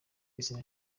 izina